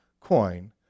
coin